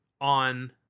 on